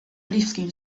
bliskim